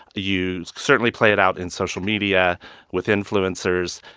you certainly play it out in social media with influencers.